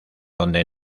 donde